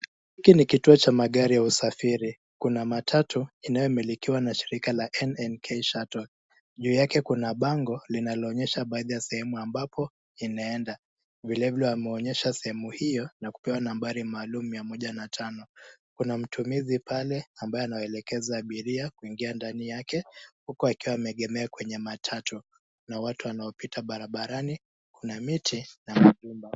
Hiki ni kituo cha magari ya usafiri, kuna matatu inayomilikiwa na shirika la NNK Shuttle. Juu yake kuna bango linaloonyesha baadhi ya sehemu ambapo linaendea, vilevile wameonyesha sehemu hio na kupewa nambari maalum mia moja na tano. Kuna mtumizi pale ambaye anawaelekeza abiria kuingia ndani yake huku akiwa ameegemea kwenye matatu. Kuna watu wanaopita barabarani, kuna miti na majumba.